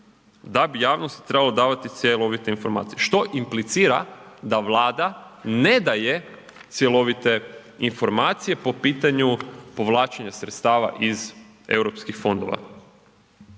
da bi javnosti trebalo davati cjelovite informacije što implicira da Vlada ne daje cjelovite informacije po pitanju povlačenja sredstava iz eu fondova.